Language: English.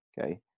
Okay